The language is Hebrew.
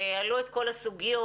העלו את כל הסוגיות,